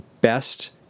best